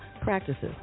practices